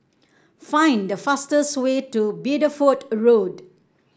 find the fastest way to Bideford Road